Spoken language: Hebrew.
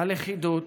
הלכידות